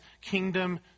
kingdom